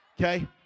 okay